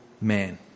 man